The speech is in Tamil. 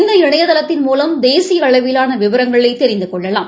இந்த இணையதளத்தின் மூலம் தேசிய அளவிலான விவரங்களை தெரிந்து கொள்ளலாம்